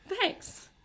Thanks